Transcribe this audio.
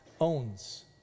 owns